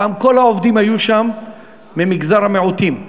פעם כל העובדים שם היו ממגזר המיעוטים,